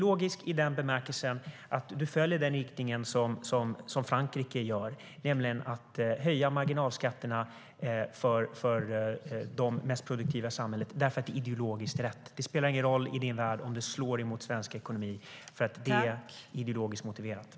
Förslagen är ideologiska i den bemärkelsen att du följer den riktning som Frankrike gör, nämligen att höja marginalskatterna för de mest produktiva i samhället därför att det är ideologiskt rätt. Det spelar ingen roll i din värld om det slår mot svensk ekonomi eftersom det är ideologiskt motiverat.